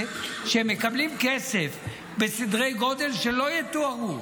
שהם מקבלים כסף בסדרי גודל שלא יתוארו.